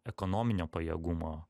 ekonominio pajėgumo